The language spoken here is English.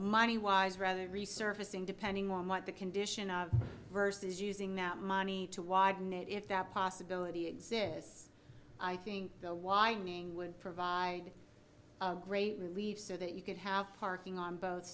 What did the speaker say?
moneywise rather resurfacing depending on what the condition of verse is using that money to widen it if that possibility exists i think the widening would provide great relief so that you could have parking on both